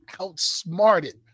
outsmarted